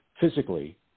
physically